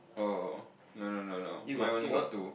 oh no no no no mine only got two